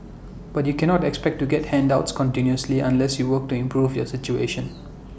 but you cannot expect to get handouts continuously unless you work to improve your situation